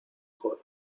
mejor